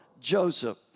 Joseph